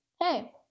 Hey